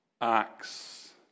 acts